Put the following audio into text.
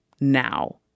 Now